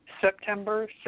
September